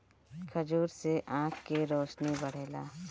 खजूर से आँख के रौशनी बढ़ेला